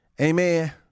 Amen